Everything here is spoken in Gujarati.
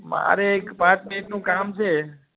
મારે એક પાંચ મિનિટનું કામ છે